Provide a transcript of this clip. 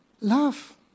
love